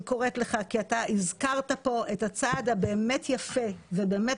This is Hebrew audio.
אני קוראת לך כי אתה הזכרת כאן את הצעד שהיה באמת יפה ובאמת